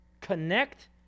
connect